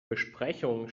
besprechungen